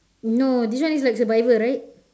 no this one is like survivor right